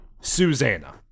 Susanna